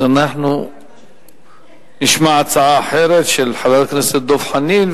אז אנחנו נשמע הצעה אחרת של חבר הכנסת דב חנין,